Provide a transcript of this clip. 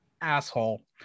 asshole